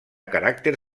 caràcter